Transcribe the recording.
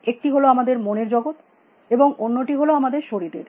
একটি হল আমাদের মনের জগৎ এবং অন্যটি হল আমাদের শরীরের